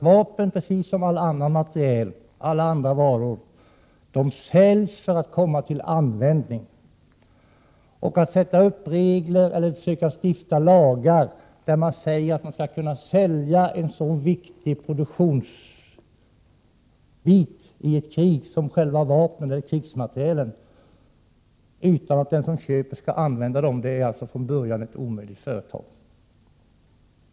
Vapen, precis som alla andra varor, säljs för att komma till användning. Att sätta upp regler eller försöka stifta lagar där man säger att man skall kunna sälja en så viktig produkt i ett krig som själva vapnen, utan att den som köper skall använda dem, är från början ett omöjligt företag.